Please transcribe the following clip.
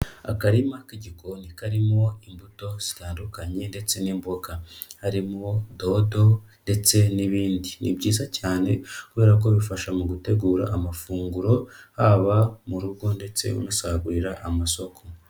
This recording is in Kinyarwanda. Akarima k'igikoni, karimo imbuto zitandukanye ndetse n'imboga. Harimo dodo ndetse n'ibindi. Ni byiza cyane kubera ko bifasha mu gutegura amafunguro, haba mu rugo ndetse unasagurira amasoko.